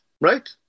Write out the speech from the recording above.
right